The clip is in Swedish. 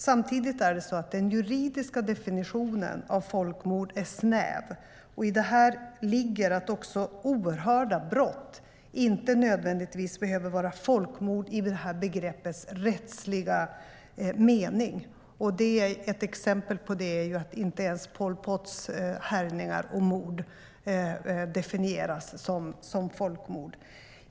Samtidigt är den juridiska definitionen av folkmord snäv, och i det ligger att också oerhörda brott inte nödvändigtvis behöver vara folkmord i detta begrepps rättsliga mening. Ett exempel på det är att inte ens Pol Pots härjningar och mord definieras som folkmord.